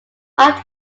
opt